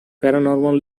paranormal